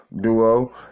Duo